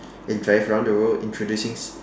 and drive around the world introducing